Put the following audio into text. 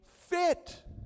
fit